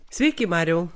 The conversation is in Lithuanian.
sveiki mariau